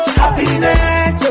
happiness